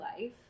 life